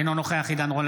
אינו נוכח עידן רול,